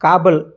Kabul